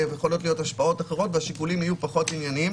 ויכולות להיות השפעות אחרות והשיקולים יהיו פחות ענייניים